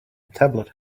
tablet